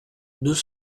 deux